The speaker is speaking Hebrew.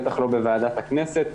בטח לא בוועדת הכנסת.